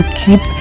keep